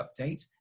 Update